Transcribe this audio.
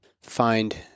Find